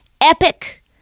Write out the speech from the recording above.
epic